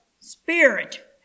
spirit